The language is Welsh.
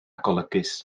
golygus